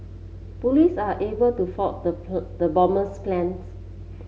police are able to foil the the bomber's plans